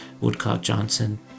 Woodcock-Johnson